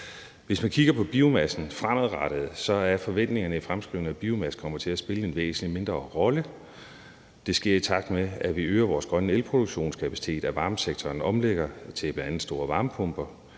skal ske med biomassen fremadrettet, så er forventningerne i fremskrivningerne, at biomasse kommer til at spille en væsentlig mindre rolle. Det sker, i takt med at vi øger vores grønne elproduktionskapacitet, og at varmesektoren omlægger til bl.a. store varmepumper,